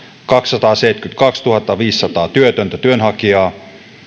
kaksisataaseitsemänkymmentäkaksituhattaviisisataa työtöntä työnhakijaa